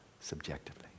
subjectively